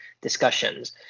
discussions